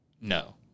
No